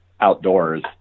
outdoors